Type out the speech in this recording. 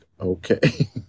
Okay